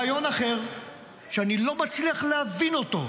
רעיון אחר שאני לא מצליח להבין אותו:,